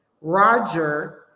Roger